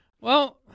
Well-